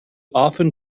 often